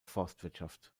forstwirtschaft